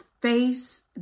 face